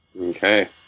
Okay